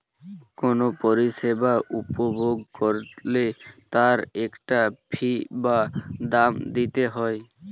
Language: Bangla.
কোনো পরিষেবা উপভোগ করলে তার একটা ফী বা দাম দিতে হয়